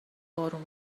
بارون